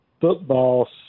football